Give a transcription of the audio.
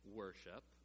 worship